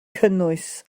cynnwys